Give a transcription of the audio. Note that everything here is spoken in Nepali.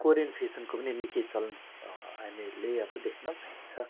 कोरियन फेसनको पनि निकै चलन हामीहरूले अब देख्न पाइन्छ